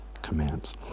commands